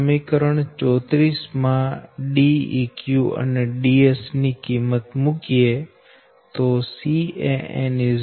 સમીકરણ 34 માં આ કિંમત મુકતા Can0